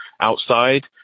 outside